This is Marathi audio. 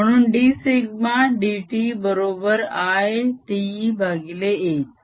म्हणून dσ dt बरोबर I t भागिले a